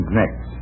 next